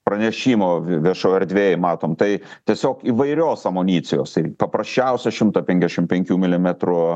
pranešimo viešoj erdvėj matom tai tiesiog įvairios amunicijos tai paprasčiausia šimto penkdešim penkių milimetrų